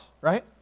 right